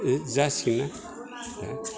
जासिगोनना